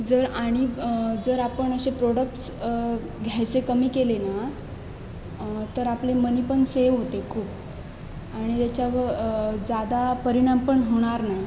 जर आणि जर आपण असे प्रोडक्ट्स घ्यायचे कमी केले ना तर आपले मनी पण सेव होते खूप आणि त्याच्यावर जादा परिणाम पण होणार नाही